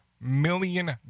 million